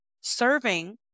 serving